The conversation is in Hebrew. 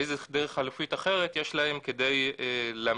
איזו דרך חלופית אחרת יש להם כדי להמשיך